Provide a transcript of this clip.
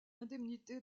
indemnité